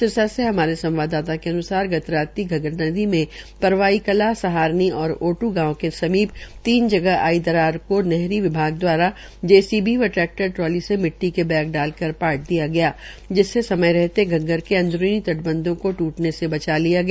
सिरसा से हमारे संवाददाता के अन्सार गत रात्रि घग्गर नदी में परवाई कलां सहारनी व ओटू गांव के समीप तीन जगह आई दरार को नहरी विभाग दवारा जेसीबी व टैक्टर ट्राली से मिट्टी के बैग डाल कर पाट दिया गया जिससे समय रहते धग्गर के अंदरूनी तटबंधों को ट्टने से बचा लिया गया